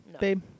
babe